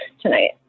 tonight